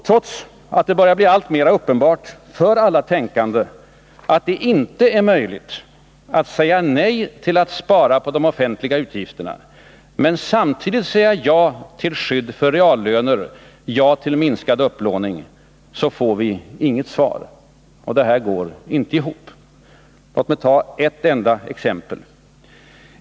Trots att det börjar bli allt mera uppenbart för alla tänkande att det inte är möjligt att säga nej till att spara på de offentliga utgifterna och samtidigt säga ja till skydd för reallöner och ja till minskad upplåning, får vi inget svar. Det här går inte ihop. Låg mig ta ett enda exempel.